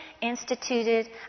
instituted